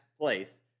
place